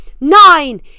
nine